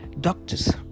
doctors